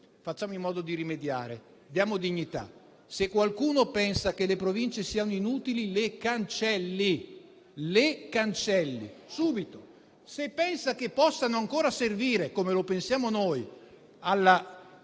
facciamo in modo di rimediare, diamo dignità. Se qualcuno pensa che le Province siano inutili le cancelli, subito; se pensa che possano ancora servire - come pensiamo noi -